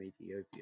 Ethiopia